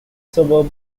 suburb